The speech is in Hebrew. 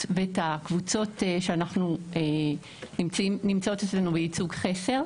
ואת הקבוצות שנמצאות אצלנו בייצוג חסר,